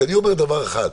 רק אני אומר דבר אחד,